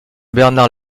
bernard